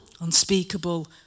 Unspeakable